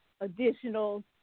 additional